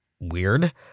Weird